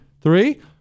Three